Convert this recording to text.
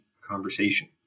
conversation